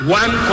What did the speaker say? one